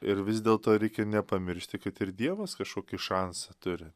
ir vis dėlto reikia nepamiršti kad ir dievas kašokį šansą turi